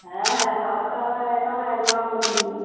হ্যাঁ হ্যাঁ খাওয়ার দাওয়ার একদম এক নম্বর দিদি